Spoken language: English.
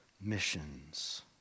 missions